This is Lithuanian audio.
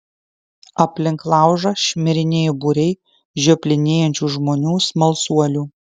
aplink laužą šmirinėjo būriai žioplinėjančių žmonių smalsuolių